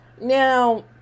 Now